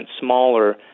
smaller